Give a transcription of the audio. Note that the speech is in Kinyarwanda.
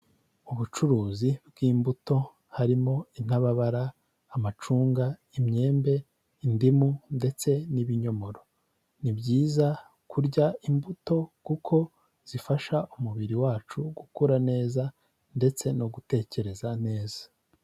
Ubucuruzi bw'imbuto harimo intababara, amacunga, imyembe, indimu ndetse n'ibinyomoro. Ni byiza kurya imbuto kuko zifasha umubiri wacu gukura neza ndetse no gutekereza neza.